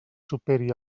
superi